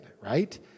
right